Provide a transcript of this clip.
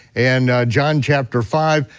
and john chapter five,